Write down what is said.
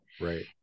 right